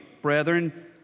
Brethren